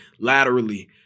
laterally